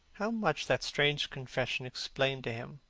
how much that strange confession explained to him!